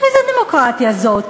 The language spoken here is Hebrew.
איזו דמוקרטיה זאת?